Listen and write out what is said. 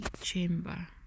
chamber